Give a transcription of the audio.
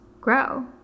grow